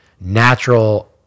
natural